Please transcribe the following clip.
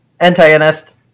Antagonist